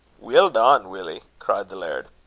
weel done, willie! cried the laird.